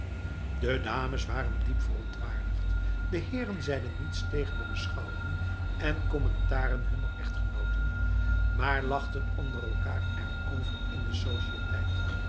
de dames waren diep verontwaardigd de heren zeiden niets tegen de beschouwingen en commentaren hunner echtgenoten maar lachten onder elkaar erover in de